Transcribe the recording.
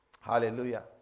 Hallelujah